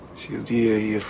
to the